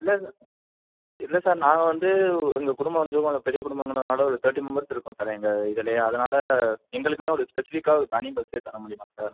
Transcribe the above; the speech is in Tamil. இல்லை சார் இல்லை சார் நாங்கள் வந்து எங்கள் குடும்பம் வந்து கொஞ்சம் பெரிய குடும்பம்ங்குறதுனால் ஒரு தேர்ட்டி மெம்பர்ஸ் இருக்கோம் சார் எங்கள் இதிலையே அதனால் எங்களுக்குன்னே ஒரு ஸ்பெசிஃபிக்காக ஒரு தனி பஸ்ஸே தர முடியுமா சார்